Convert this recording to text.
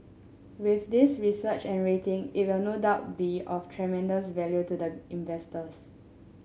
with this research and rating it will no doubt be of tremendous value to the investors